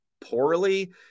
poorly